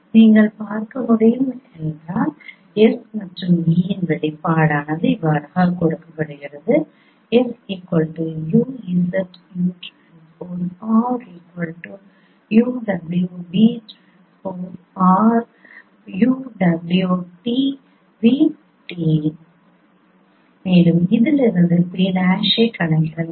நீங்கள் பார்க்க முடியும் என S மற்றும் R இன் வெளிப்பாடு கொடுக்கப்படுகிறது மேலும் அங்கிருந்து P' ஐ கணக்கிடலாம்